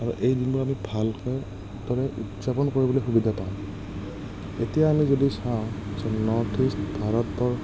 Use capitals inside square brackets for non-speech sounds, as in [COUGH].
আৰু এইদিনবোৰ আমি ভালকৈ [UNINTELLIGIBLE] উদযাপন কৰিবলৈ সুবিধা পাওঁ এতিয়া আমি যদি চাওঁ নৰ্থ ইষ্ট ভাৰতবৰ্ষৰ